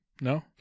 No